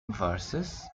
verses